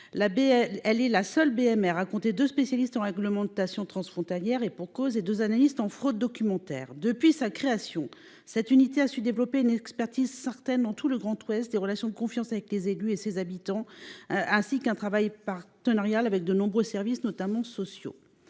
Elle est la seule BMR à compter deux spécialistes en réglementation transfrontalière- et pour cause ! -et deux analystes en fraude documentaire. Depuis sa création, cette unité a su développer une expertise certaine dans tout le Grand Ouest et des relations de confiance avec les élus et les habitants, tout en menant un travail partenarial avec de nombreux services, notamment sociaux.